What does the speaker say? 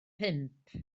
pump